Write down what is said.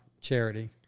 charity